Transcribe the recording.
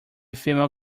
female